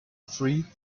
free